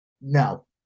No